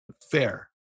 Fair